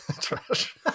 Trash